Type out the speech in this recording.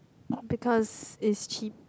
because is cheap